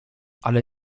ale